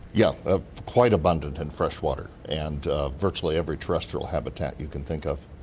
yeah ah quite abundant in fresh water and virtually every terrestrial habitat you can think of.